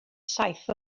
saith